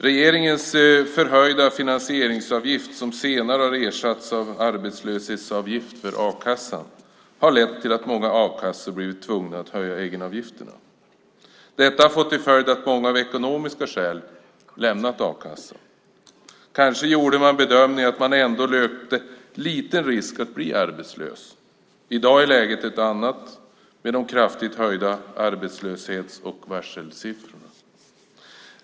Regeringens förhöjda finansieringsavgift, som senare har ersatts av arbetslöshetsavgift för a-kassan, har lett till att många a-kassor blivit tvungna att höja egenavgifterna. Detta har fått till följd att många av ekonomiska skäl lämnat a-kassan. Kanske gjorde man bedömningen att man löpte liten risk att bli arbetslös. I dag är läget ett annat med de kraftigt höjda arbetslöshets och varselsiffrorna.